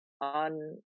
on